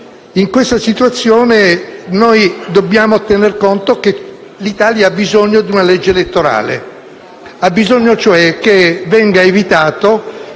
In questa situazione, noi dobbiamo tener conto del fatto che l'Italia ha bisogno di una legge elettorale; ha bisogno, cioè, che venga evitato